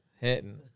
hitting